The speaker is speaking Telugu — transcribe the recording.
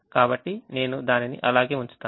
కాబట్టి నేను దానిని అలాగే ఉంచుతాను